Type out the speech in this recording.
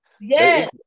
Yes